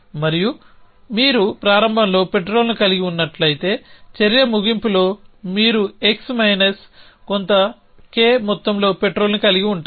మరియు మీరు ప్రారంభంలో పెట్రోల్ను కలిగి ఉన్నట్లయితే చర్య ముగింపులో మీరు x మైనస్ కొంత k మొత్తంలో పెట్రోల్ను కలిగి ఉంటారు